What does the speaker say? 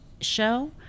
show